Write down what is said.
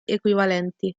equivalenti